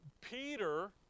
Peter